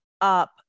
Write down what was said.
up